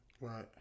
Right